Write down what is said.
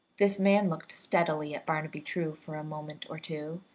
this man looked steadily at barnaby true for a moment or two,